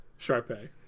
Sharpay